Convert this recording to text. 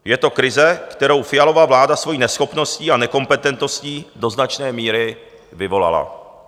Je to krize, kterou Fialova vláda svojí neschopností a nekompetentností do značné míry vyvolala.